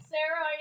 Sarah